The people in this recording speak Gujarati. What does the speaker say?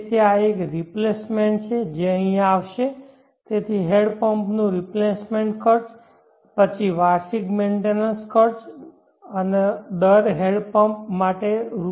તેથી આ એક રિપ્લેસમેન્ટ છે જે અહીં આવશે તેથી હેન્ડપંપનો રિપ્લેસમેન્ટ ખર્ચ પછી વાર્ષિક મેન્ટેનન્સ ખર્ચ દર હેન્ડપંપ માટે રૂ